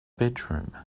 bedroom